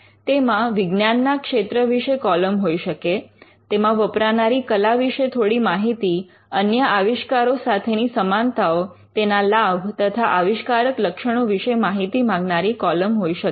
તેમાં વિજ્ઞાનના ક્ષેત્ર વિશે કૉલમ હોઈ શકે તેમાં વપરાનારી કલા વિષે થોડી માહિતી અન્ય આવિષ્કારો સાથેની સમાનતાઓ તેના લાભ તથા આવિષ્કારક લક્ષણો વિશે માહિતી માગનારી કૉલમ હોઈ શકે